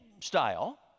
style